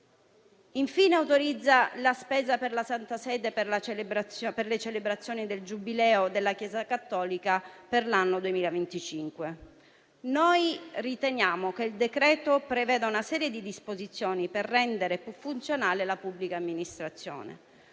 Infine, si autorizza la spesa per la Santa Sede per le celebrazioni del Giubileo della Chiesa cattolica per l'anno 2025. Riteniamo che il decreto-legge preveda una serie di disposizioni per rendere più funzionale la pubblica amministrazione.